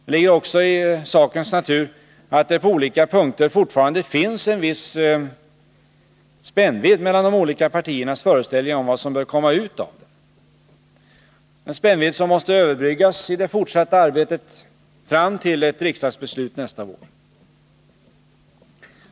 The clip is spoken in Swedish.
Det ligger också i sakens natur att det på olika punkter fortfarande finns en viss spännvidd mellan de olika partiernas föreställningar om vad som bör komma ut av den, en spännvidd som måste överbryggas i det fortsatta arbetet fram till ett riksdagsbeslut nästa vår.